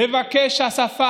לבקש שהשפה